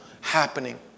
happening